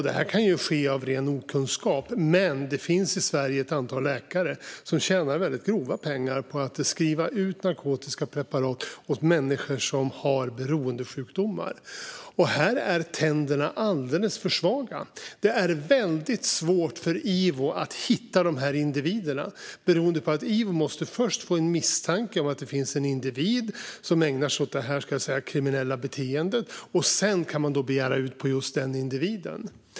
Detta kan ske av ren okunskap, men det finns i Sverige ett antal läkare som tjänar väldigt grova pengar på att skriva ut narkotiska preparat åt människor som har beroendesjukdomar. Här är tänderna alldeles för svaga. Det är väldigt svårt för Ivo att hitta dessa individer, beroende på att Ivo först måste få en misstanke om att det finns en individ som ägnar sig åt detta, ska vi säga, kriminella beteende. Sedan kan man begära ut information om just den individen.